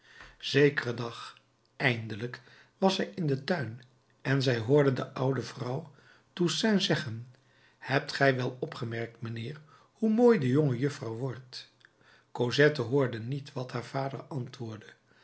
zekeren dag eindelijk was zij in den tuin en zij hoorde de oude vrouw toussaint zeggen hebt gij wel opgemerkt mijnheer hoe mooi de jongejuffrouw wordt cosette hoorde niet wat haar vader antwoordde